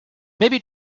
maybe